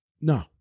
no